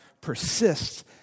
persists